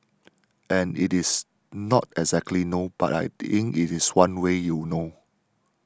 and it is not exactly no but I think it is one way you know